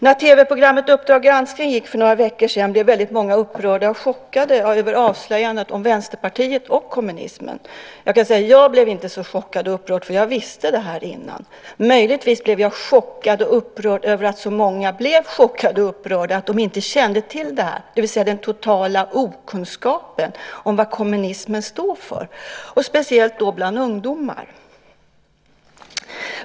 När TV-programmet Uppdrag granskning gick för några veckor sedan blev väldigt många upprörda och chockade över avslöjandet om Vänsterpartiet och kommunismen. Jag kan säga att jag inte blev så chockad och upprörd, för jag visste det här innan. Möjligtvis blev jag chockad och upprörd över att så många blev chockade och upprörda, att de inte kände till det här, det vill säga den totala okunskapen om vad kommunismen står för, speciellt bland ungdomar.